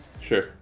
Sure